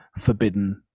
forbidden